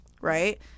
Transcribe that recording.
Right